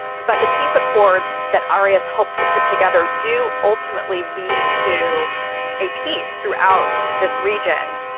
but the peace accords that arias helps to put together do ultimately lead to a peace throughout this region.